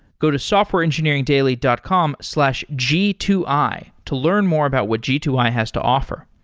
go to softwareengineeringdaily dot com slash g two i to learn more about what g two i has to offer.